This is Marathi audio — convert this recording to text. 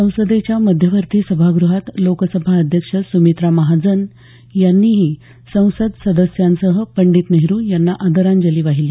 संसदेच्या मध्यवर्ती सभागृहात लोकसभा अध्यक्ष सुमित्रा महाजन यांनीही संसद सदस्यांसह पंडित नेहरू यांना आदरांजली वाहिली